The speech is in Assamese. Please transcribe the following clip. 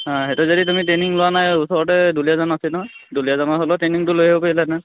অঁ সেইটো যদি তুমি ট্ৰেইনিং লোৱা নাই ওচৰতে দুলীয়াজান আছে নহয় দুলীয়াজান হ'লে ট্ৰেইনিংটো লৈ আহিব পাৰিলা হেঁতেন